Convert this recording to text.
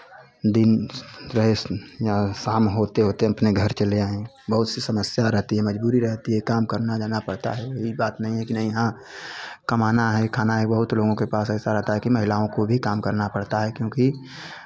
दिन रहे या शाम होते होते हम अपने घर चले आएँ बहुत सी समस्या रहती है मज़बूरी रहती है काम करना जाना पड़ता है ये बात नहीं है कि नहीं हाँ कमाना है खाना है बहुत लोगों के पास ऐसा रहता है कि महिलाओं को भी काम करना पड़ता है क्योंकि